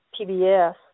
PBS